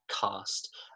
cast